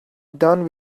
done